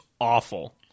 Awful